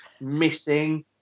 missing